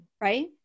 Right